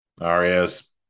Arias